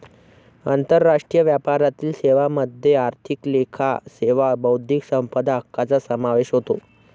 आंतरराष्ट्रीय व्यापारातील सेवांमध्ये आर्थिक लेखा सेवा बौद्धिक संपदा हक्कांचा समावेश होतो